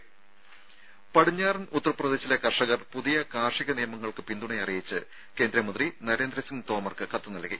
രുര പടിഞ്ഞാറൻ ഉത്തർപ്രദേശിലെ കർഷകർ പുതിയ കാർഷിക നിയമങ്ങൾക്ക് പിന്തുണ അറിയിച്ച് കേന്ദ്രമന്ത്രി നരേന്ദ്രസിംഗ് തോമർക്ക് കത്ത് നൽകി